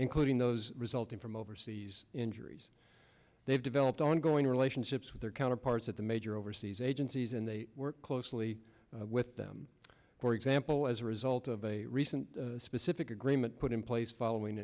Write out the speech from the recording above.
including those resulting from overseas injuries they've developed ongoing relationships with their counterparts at the major overseas agencies and they work closely with them for example as a result of a recent specific agreement put in place following